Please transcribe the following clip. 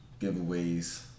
Giveaways